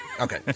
Okay